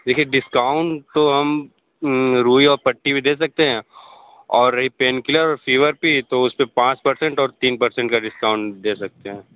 देखिए डिस्काउंट तो हम रूई और पट्टी पे दे सकते हैं और एक पैन किलर फीवर पे तो उस पर पाँच पर्सेन्ट और तीन पर्सेन्ट का डिस्काउंट दे सकते है